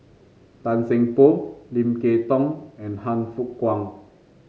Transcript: Tan Seng Poh Lim Kay Tong and Han Fook Kwang